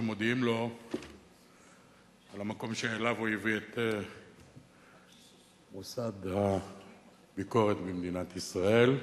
ומודים לו על המקום שאליו הוא הביא את מוסד הביקורת במדינת ישראל.